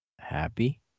Happy